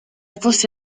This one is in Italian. fosse